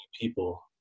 people